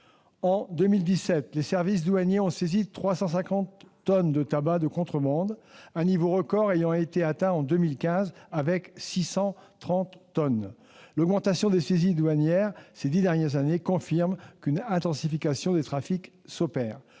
En 2017, les services douaniers ont saisi 350 tonnes de tabac de contrebande, un niveau record ayant été atteint en 2015 avec 630 tonnes. L'augmentation des saisies douanières ces dix dernières années confirme qu'une intensification des trafics s'opère.